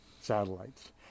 satellites